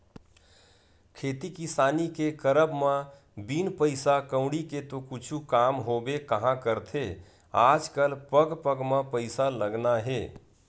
खेती किसानी के करब म बिन पइसा कउड़ी के तो कुछु काम होबे काँहा करथे आजकल पग पग म पइसा लगना हे